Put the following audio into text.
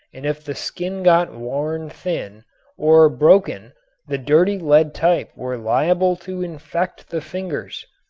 and if the skin got worn thin or broken the dirty lead type were liable to infect the fingers.